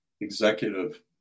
executive